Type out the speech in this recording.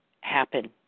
happen